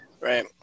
Right